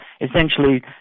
essentially